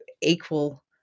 equal